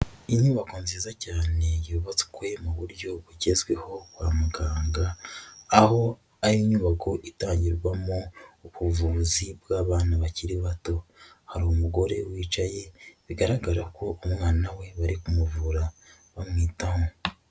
Inyubako nziza cyane yubatswe mu buryo bugezweho kwa muganga aho ari inyubako itangirwamo ubuvuzi bw'abana bakiri bato, hari umugore wicaye bigaragara ko umwana we bari kumuvura bamwitaho.